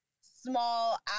small